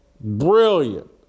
brilliant